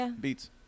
beats